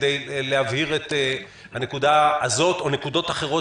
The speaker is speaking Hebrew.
כדי להבהיר את הנקודה הזאת או נקודות אחרות